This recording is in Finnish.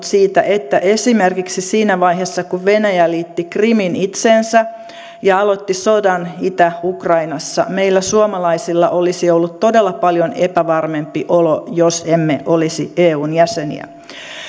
siitä että esimerkiksi siinä vaiheessa kun venäjä liitti krimin itseensä ja aloitti sodan itä ukrainassa meillä suomalaisilla olisi ollut todella paljon epävarmempi olo jos emme olisi eun jäseniä